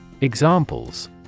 Examples